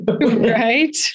right